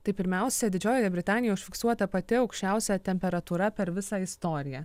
tai pirmiausia didžiojoje britanijoje užfiksuota pati aukščiausia temperatūra per visą istoriją